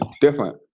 different